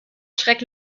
schreck